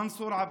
מנסור עבאס.